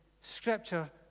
Scripture